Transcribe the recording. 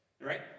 right